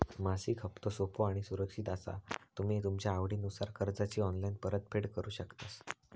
मासिक हप्तो सोपो आणि सुरक्षित असा तुम्ही तुमच्या आवडीनुसार कर्जाची ऑनलाईन परतफेड करु शकतास